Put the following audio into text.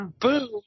boom